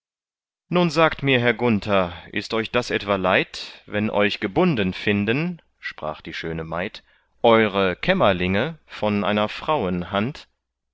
nun sagt mir herr gunther ist euch das etwa leid wenn euch gebunden finden sprach die schöne maid eure kämmerlinge von einer frauen hand